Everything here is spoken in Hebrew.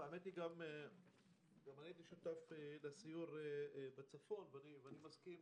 גם אני הייתי שותף לסיור בצפון ואני מסכים